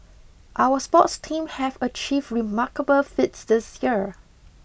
our sports team have achieve remarkable feats this year